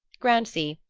grancy,